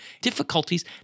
difficulties